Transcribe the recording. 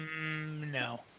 No